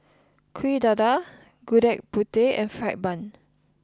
Kuih Dadar Gudeg Putih and Fried Bun